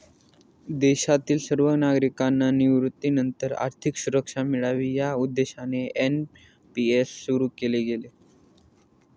देशातील सर्व नागरिकांना निवृत्तीनंतर आर्थिक सुरक्षा मिळावी या उद्देशाने एन.पी.एस सुरु केले गेले